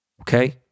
Okay